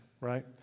right